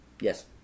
Yes